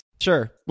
Sure